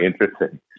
interesting